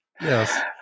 Yes